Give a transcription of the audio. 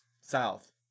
south